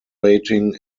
rating